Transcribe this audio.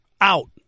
out